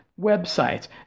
websites